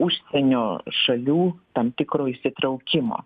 užsienio šalių tam tikro įsitraukimo